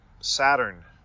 Saturn